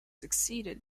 succeeded